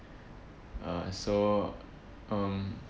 ah so um